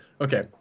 Okay